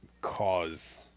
cause